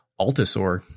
Altasaur